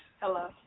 Hello